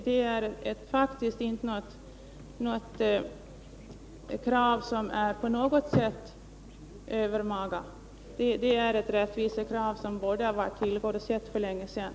Det är faktiskt inte på något sätt ett övermaga krav, utan det handlar om ett rättvisekrav som borde ha varit tillgodosett för länge sedan.